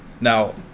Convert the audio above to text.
Now